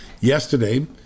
yesterday